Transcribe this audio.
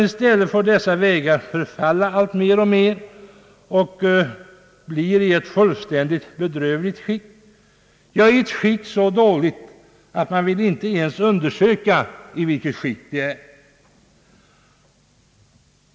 I stället får dessa vägar förfalla alltmer och blir i ett fullständigt bedrövligt skick, i ett så dåligt skick att man inte ens vill undersöka hur dåligt det är.